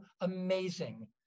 amazing